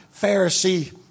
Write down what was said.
Pharisee